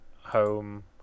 home